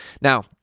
Now